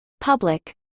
public